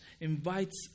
invites